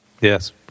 Yes